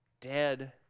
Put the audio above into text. dead